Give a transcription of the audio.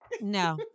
No